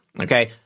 okay